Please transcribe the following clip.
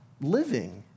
living